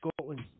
Scotland